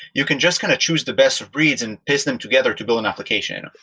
you can just kind of choose the best reads and paste them together to build an application.